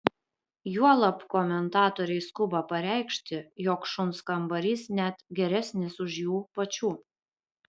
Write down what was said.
juolab komentatoriai skuba pareikši jog šuns kambarys net geresnis už jų pačių